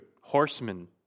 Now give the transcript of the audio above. horsemen